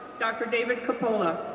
dr. david coppola.